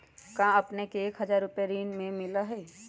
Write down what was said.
हां अपने के एक हजार रु महीने में ऋण मिलहई?